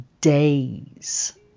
days